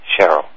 Cheryl